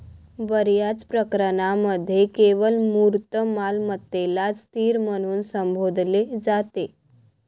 बर्याच प्रकरणांमध्ये केवळ मूर्त मालमत्तेलाच स्थिर म्हणून संबोधले जाते